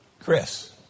Chris